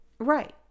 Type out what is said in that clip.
Right